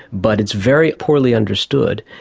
but it's very poorly understood.